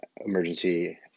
emergency